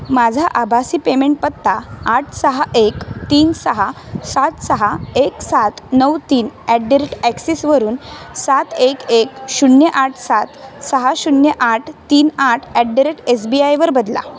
माझा आभासी पेमेंट पत्ता आठ सहा एक तीन सहा सात सहा एक सात नऊ तीन ॲट द रेट ॲक्सिसवरून सात एक एक शून्य आठ सात सहा शून्य आठ तीन आठ at the rate S B आयवर बदला